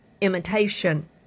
imitation